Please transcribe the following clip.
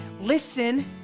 listen